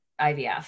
IVF